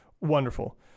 Wonderful